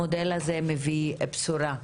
המודל הזה מביא בשורה.